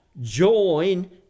join